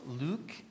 Luke